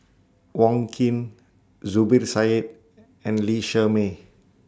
Wong Keen Zubir Said and Lee Shermay